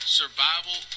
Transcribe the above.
survival